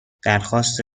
درخواست